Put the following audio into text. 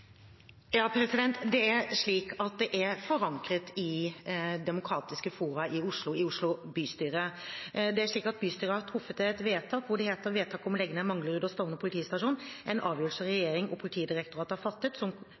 er forankret i de demokratiske fora i Oslo, i Oslo bystyre. De har truffet et vedtak, hvor det heter: «Vedtaket om å legge ned Manglerud og Stovner politistasjoner, er en avgjørelse som regjeringen og politidirektoratet har fattet, som